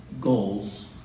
goals